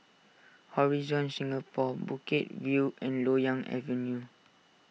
Horizon Singapore Bukit View and Loyang Avenue